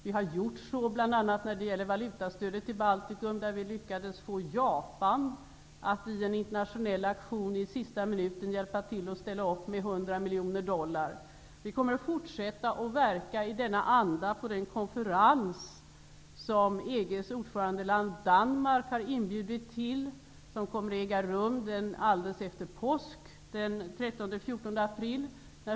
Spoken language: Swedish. Vi har gjort så bl.a. när det gäller valutastödet till Baltikum, där vi lyckades få Japan att i en internationell aktion i sista minuten hjälpa till att ställa upp med 100 Vi kommer att fortsätta att verka i denna anda på den konferens som EG:s ordförandeland Danmark har inbjudit till. Den kommer att äga rum alldeles efter påsk, den 13--14 april.